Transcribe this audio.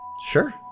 Sure